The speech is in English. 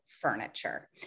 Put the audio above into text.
furniture